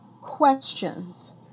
questions